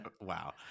Wow